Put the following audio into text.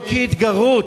לא כהתגרות.